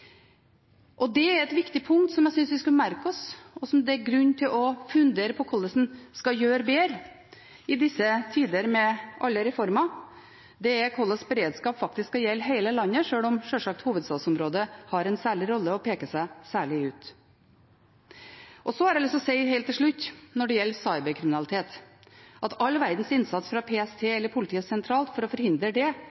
Det er et viktig punkt som jeg synes vi skulle merke oss, og som det er grunn til fundere på hvordan en skal gjøre bedre i disse tider, med alle reformene – hvordan beredskap faktisk skal gjelde hele landet, sjøl om hovedstadsområdet sjølsagt har en særlig rolle og peker seg særlig ut. Helt til slutt har jeg lyst til å si at all verdens innsats fra PST eller politiet sentralt for å forhindre cyberkriminalitet